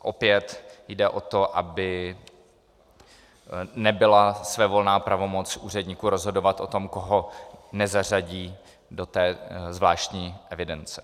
Opět jde o to, aby nebyla svévolná pravomoc úředníků rozhodovat o tom, koho nezařadí do té zvláštní evidence.